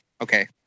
Okay